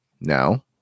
now